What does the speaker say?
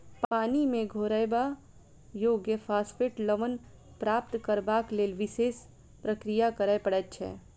पानि मे घोरयबा योग्य फास्फेट लवण प्राप्त करबाक लेल विशेष प्रक्रिया करय पड़ैत छै